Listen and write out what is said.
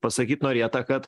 pasakyt norėta kad